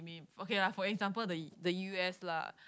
okay lah for example the the U_S lah